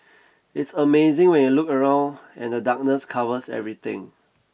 it's amazing when you look around and the darkness covers everything